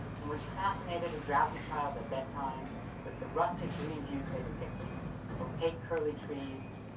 and which fascinated a drowsy child at bedtime with the rustic green views they depicted opaque, curly trees,